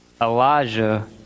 Elijah